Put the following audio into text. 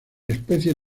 especies